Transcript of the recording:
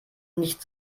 nicht